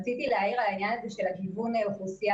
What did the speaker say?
רציתי להעיר על העניין הזה של גיוון האוכלוסייה.